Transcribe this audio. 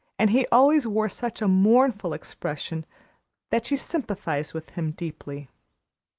and he always wore such a mournful expression that she sympathized with him deeply.